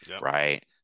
Right